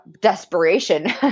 desperation